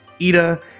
Ida